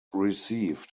received